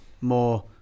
more